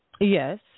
Yes